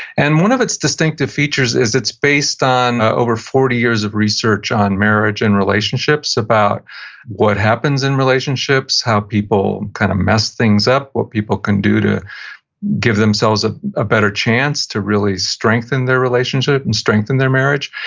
and one of its distinctive features is it's based on over forty years of research on marriage and relationships, about what happens in relationships, how people kind of mess things up, what people can do to give themselves a ah better chance to really strengthen their relationship, and strengthen their marriage,